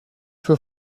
für